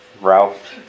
Ralph